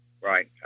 Right